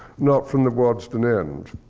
not from the waddesdon end.